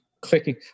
clicking